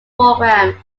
program